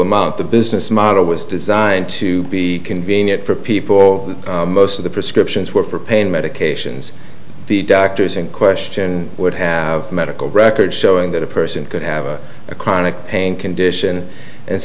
amount the business model was designed to be convenient for people most of the prescriptions were for pain medications the doctors in question would have medical records showing that a person could have a chronic pain condition